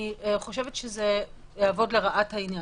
אני חושבת שזה יעבוד לרעת העניין.